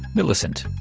millicent?